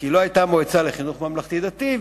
כי לא היתה מועצה לחינוך ממלכתי-דתי,